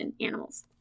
animals